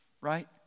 right